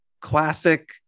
classic